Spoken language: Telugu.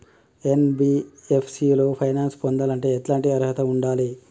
ఎన్.బి.ఎఫ్.సి లో ఫైనాన్స్ పొందాలంటే ఎట్లాంటి అర్హత ఉండాలే?